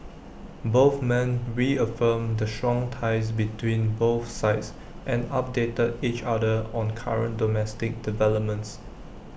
both men reaffirmed the strong ties between both sides and updated each other on current domestic developments